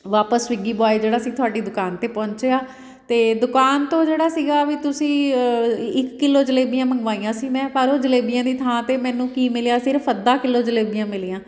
ਵਾਪਸ Swiggy boy ਜਿਹੜਾ ਸੀ ਤੁਹਾਡੀ ਦੁਕਾਨ 'ਤੇ ਪਹੁੰਚਿਆ ਅਤੇ ਦੁਕਾਨ ਤੋਂ ਜਿਹੜਾ ਸੀਗਾ ਵੀ ਤੁਸੀਂ ਇੱਕ ਕਿੱਲੋ ਜਲੇਬੀਆਂ ਮੰਗਵਾਈਆਂ ਸੀ ਮੈਂ ਪਰ ਉਹ ਜਲੇਬੀਆਂ ਦੀ ਥਾਂ 'ਤੇ ਮੈਨੂੰ ਕੀ ਮਿਲਿਆ ਸਿਰਫ ਅੱਧਾ ਕਿੱਲੋ ਜਲੇਬੀਆਂ ਮਿਲੀਆਂ